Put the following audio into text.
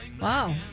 wow